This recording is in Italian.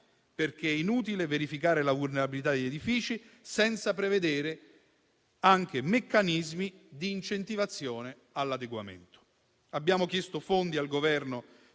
inutile infatti verificare la vulnerabilità degli edifici senza prevedere anche meccanismi di incentivazione all'adeguamento.